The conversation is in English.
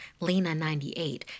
Lena98